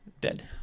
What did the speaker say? dead